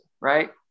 right